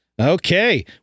Okay